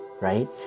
right